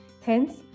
Hence